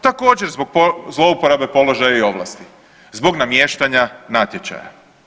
Također zbog zlouporabe položaja i ovlasti, zbog namještanja natječaja.